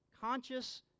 conscious